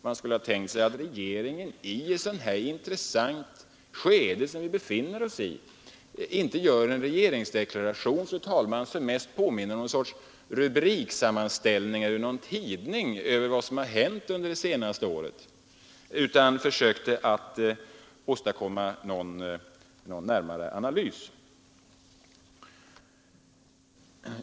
Man skulle ha kunnat vänta sig att regeringen i ett så intressant skede som det vi nu befinner oss i inte gör en regeringsdeklaration som mest påminner om någon sorts rubriksammanställning ur en tidning över vad som hänt under de senaste åren utan i stället försökte åstadkomma en närmare analys.